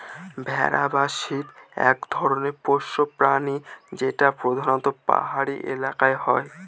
ভেড়া বা শিপ এক ধরনের পোষ্য প্রাণী যেটা প্রধানত পাহাড়ি এলাকায় হয়